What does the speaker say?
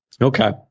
Okay